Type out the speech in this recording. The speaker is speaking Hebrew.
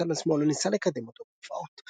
ודותן עצמו לא ניסה לקדם אותו בהופעות.